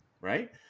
Right